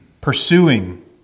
pursuing